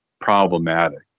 problematic